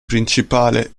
principale